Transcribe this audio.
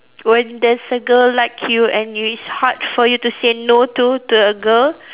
when there's a girl like you and it's hard for you to say no to to a girl